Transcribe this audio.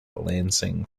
lansing